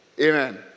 Amen